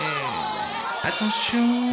Attention